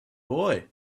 boy